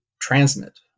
transmit